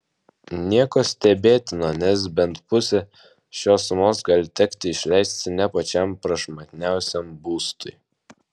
nieko stebėtino nes bent pusę šios sumos gali tekti išleisti ne pačiam prašmatniausiam būstui